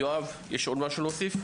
יואב, יש עוד משהו להוסיף?